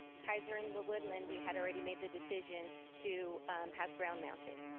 kaiser and woodland we had already made the decision to have ground-mounted.